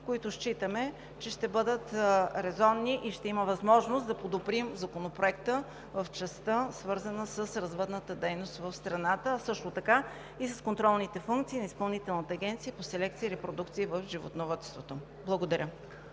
които считаме, че ще бъдат резонни и ще има възможност да подобрим Законопроекта в частта, свързана с развъдната дейност в страната, а също така и с контролните функции на Изпълнителната агенция по селекция и репродукция в животновъдството. Благодаря.